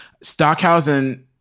Stockhausen